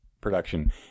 production